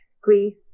Greece